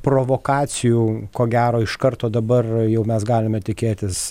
provokacijų ko gero iš karto dabar jau mes galime tikėtis